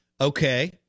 Okay